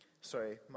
sorry